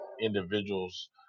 individuals